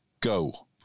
go